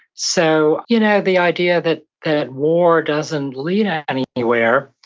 so you know the idea that that war doesn't lead anywhere,